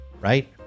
Right